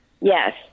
Yes